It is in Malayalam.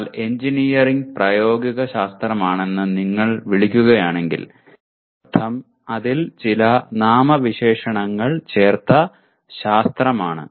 എന്നാൽ എഞ്ചിനീയറിംഗ് പ്രായോഗിക ശാസ്ത്രമാണെന്ന് നിങ്ങൾ വിളിക്കുകയാണെങ്കിൽ അതിനർത്ഥം അതിൽ ചില നാമവിശേഷണങ്ങൾ ചേർത്ത ശാസ്ത്രമാണ്